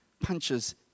punches